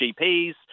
gps